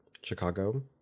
Chicago